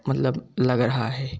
मतलब लग रहा है